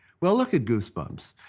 well, look at goosebumps,